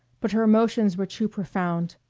but her emotions were too profound,